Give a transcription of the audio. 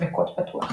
וקוד פתוח.